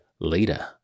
Later